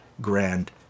grand